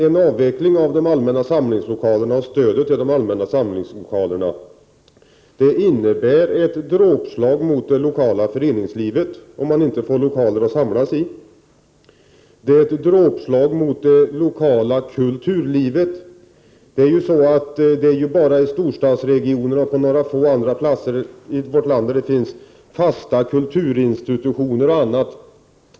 En avveckling av de allmänna samlingslokalerna och stödet till dem innebär ett dråpslag mot det lokala föreningslivet, om man inte får lokaler att samlas i. Det är ett dråpslag mot det lokala kulturlivet. Det är ju bara i storstadsregionerna och på några få andra platser i vårt land som det finns fasta kulturinstitutioner.